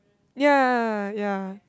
ya ya ya